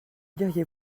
diriez